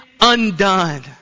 undone